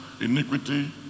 iniquity